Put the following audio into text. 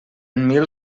mil